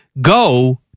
Go